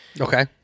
Okay